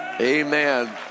amen